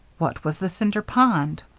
what was the cinder pond?